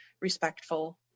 respectful